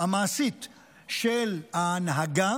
המעשית של ההנהגה